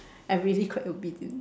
I really quite obedient